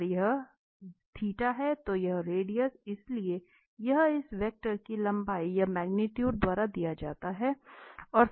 और यह है तो यह रेडियस इसलिए यह इस वेक्टर की लंबाई या मैग्नीट्यूट द्वारा दिया जाता है